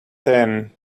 ten